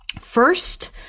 first